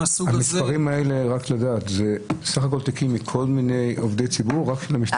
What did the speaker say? המספרים האלה הם סך כל עובדי הציבור או רק המשטרה?